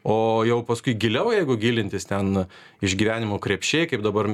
o jau paskui giliau jeigu gilintis ten išgyvenimo krepšiai kaip dabar